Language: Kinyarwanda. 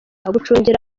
gucungira